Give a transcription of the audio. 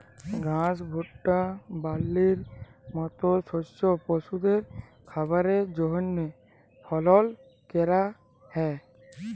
ঘাস, ভুট্টা, বার্লির মত শস্য পশুদের খাবারের জন্হে ফলল ক্যরা হ্যয়